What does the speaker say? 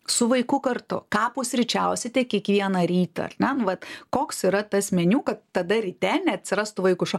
su vaiku kartu ką pusryčiausite kiekvieną rytą ar ne vat koks yra tas meniu kad tada ryte neatsirastų vaiko ša